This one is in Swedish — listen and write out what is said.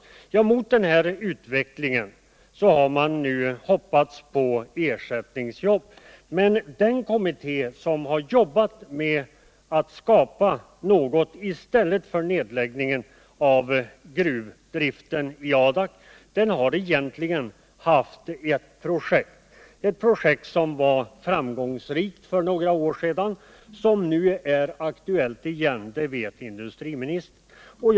Såsom en motvikt mot denna utveckling har man hoppats på ersättningsjobb. Men den kommitté som har arbetat med att skapa arbetstillfällen i stället för gruvdriften i Adak har egentligen bara haft ett projekt. Det skrinlades för några år sedan men är nu aktuellt igen. Det vet industriministern.